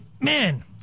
man